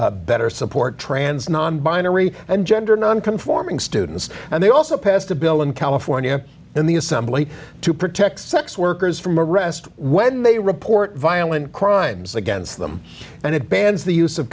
to better support trans non binary and gender nonconforming students and they also passed a bill in california in the assembly to protect sex workers from arrest when they report violent crimes against them and it bans the use of